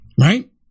Right